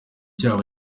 cyaba